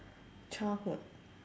childhood